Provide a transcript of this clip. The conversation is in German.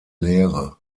lehre